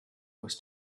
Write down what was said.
was